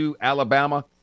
Alabama